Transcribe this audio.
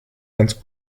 ganz